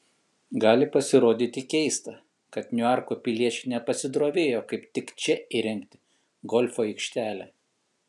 gali pasirodyti keista kad niuarko piliečiai nepasidrovėjo kaip tik čia įrengti golfo aikštelę